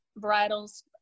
varietals